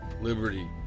liberty